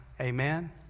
Amen